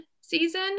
season